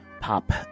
pop